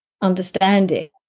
understanding